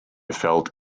felt